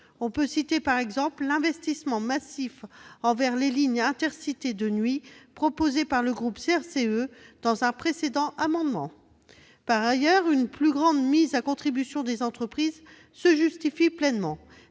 On peut citer l'investissement massif envers les lignes Intercités de nuit, proposé par le groupe CRCE dans un précédent amendement. Par ailleurs, une plus grande mise à contribution des entreprises se justifie pleinement.